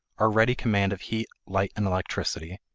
our ready command of heat, light, and electricity,